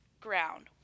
ground